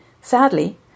Sadly